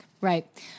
Right